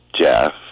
Jeff